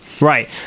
Right